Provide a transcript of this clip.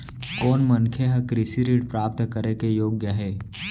कोन मनखे ह कृषि ऋण प्राप्त करे के योग्य हे?